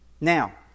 Now